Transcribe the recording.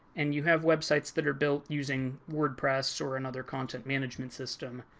and you have websites that are built using wordpress or another content management system.